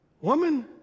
Woman